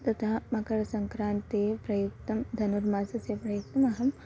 तथा मकरसङ्क्रान्तेः प्रयुक्तं धनुर्मासस्य प्रयुक्तम् अहम्